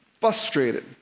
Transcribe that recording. frustrated